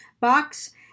box